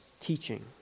teaching